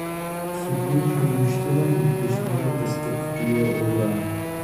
sutrink jų minkštimą ir prieš miegą pasitepk juo odą